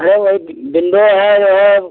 अरे वही विंडे यह है